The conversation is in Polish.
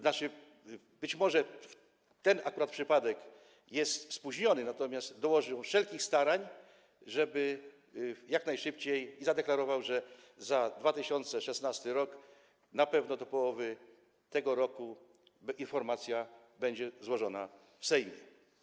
Znaczy powiedział, że być może ten akurat przypadek jest spóźniony, natomiast dołoży on wszelkich starań, żeby to było jak najszybciej, i zadeklarował, że za 2016 r. na pewno do połowy tego roku informacja będzie złożona w Sejmie.